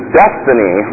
destiny